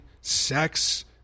sex